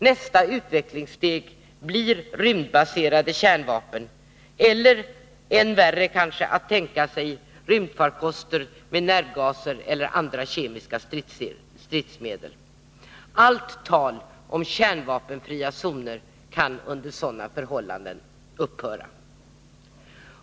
Nästa utvecklingssteg blir rymdbaserade kärnvapen eller — kanske än värre att tänka sig — rymdfarkoster med nervgaser eller andra kemiska stridsmedel. Allt tal om kärnvapenfria zoner kan under sådana förhållanden upphöra.